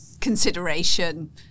consideration